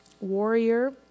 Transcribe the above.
warrior